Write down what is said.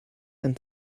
and